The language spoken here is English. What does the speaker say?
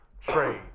trade